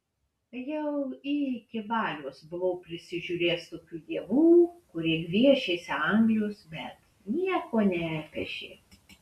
jau iki valios buvau prisižiūrėjęs tokių dievų kurie gviešėsi anglijos bet nieko nepešė